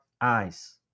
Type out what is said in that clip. eyes